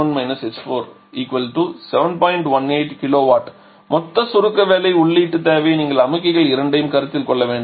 18 kW மொத்த சுருக்க வேலை உள்ளீட்டு தேவை நீங்கள் அமுக்கிகள் இரண்டையும் கருத்தில் கொள்ள வேண்டும்